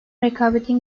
rekabetin